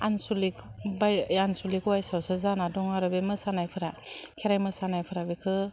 आनसलिक बाय आनसलिक वाइसआवसो जाना दं आरो बे मोसानायफोरा खेराइ मोसानायफोरा बेखो